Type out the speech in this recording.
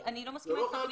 אני לא מסכימה אתך.